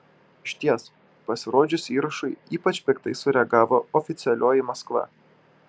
išties pasirodžius įrašui ypač piktai sureagavo oficialioji maskva